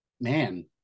Man